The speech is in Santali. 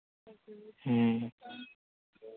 ᱦᱮᱸ